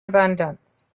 abundance